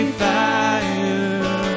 fire